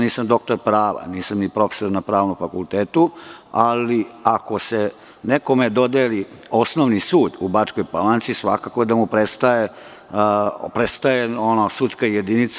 Nisam doktor prava, nisam ni profesor na Pravnom fakultetu, ali ako se nekome dodeli Osnovni sud u Bačkoj Palanci, svakako da mu prestaje sudska jedinica.